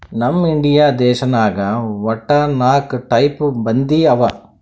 ನಮ್ ಇಂಡಿಯಾ ದೇಶನಾಗ್ ವಟ್ಟ ನಾಕ್ ಟೈಪ್ ಬಂದಿ ಅವಾ